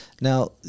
Now